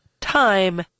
time